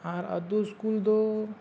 ᱟᱨ ᱟᱹᱛᱩ ᱫᱚ